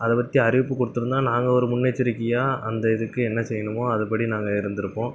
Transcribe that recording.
அதைப் பற்றி அறிவிப்பு கொடுத்துருந்தா நாங்கள் ஒரு முன்னெச்சரிக்கையா அந்த இதுக்கு என்ன செய்யணுமோ அதுபடி நாங்கள் இருந்திருப்போம்